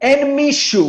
אין מישהו